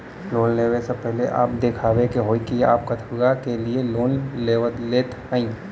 Loan ले वे से पहिले आपन दिखावे के होई कि आप कथुआ के लिए लोन लेत हईन?